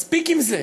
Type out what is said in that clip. מספיק עם זה.